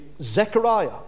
Zechariah